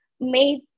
made